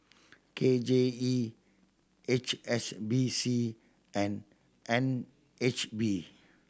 K J E H S B C and N H B